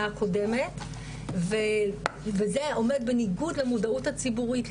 הקודמת וזה עומד בניגוד למודעות הציבורית,